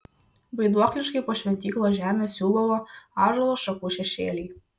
vaiduokliškai po šventyklos žemę siūbavo ąžuolo šakų šešėliai